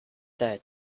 that